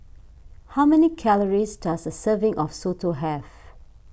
how many calories does a serving of Soto have